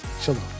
Shalom